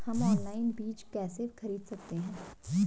हम ऑनलाइन बीज कैसे खरीद सकते हैं?